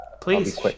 Please